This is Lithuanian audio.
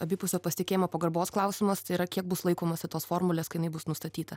abipusio pasitikėjimo pagarbos klausimas tai yra kiek bus laikomasi tos formulės kai jinai bus nustatyta